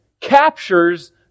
captures